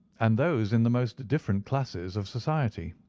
and those in the most different classes of society.